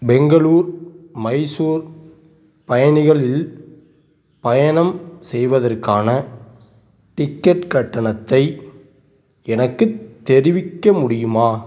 பெங்களூர் மைசூர் பயணிகள் இல் பயணம் செய்வதற்கான டிக்கெட் கட்டணத்தை எனக்குத் தெரிவிக்க முடியுமா